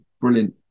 brilliant